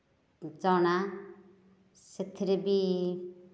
ଚଣା ସେଥିରେ ବି